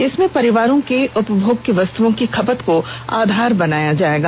इसमें परिवारों के उपभोग की वस्तुओं की खपत को आधार बनाया जायेगा